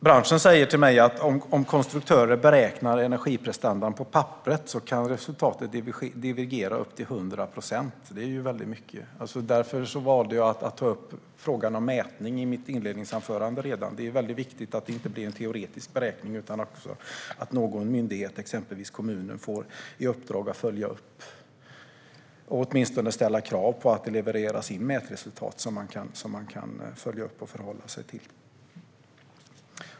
Branschen säger till mig att om konstruktörer beräknar energiprestanda på papperet kan resultatet divergera upp till 100 procent. Det är ju väldigt mycket, och därför valde jag att ta upp frågan om mätning i mitt inledningsanförande. Det är viktigt att det inte blir en teoretisk beräkning utan att någon myndighet, exempelvis kommunerna, får i uppdrag att följa upp detta - eller åtminstone ställa krav på att det levereras mätresultat som man kan följa upp och förhålla sig till.